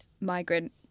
migrant